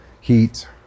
heat